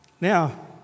Now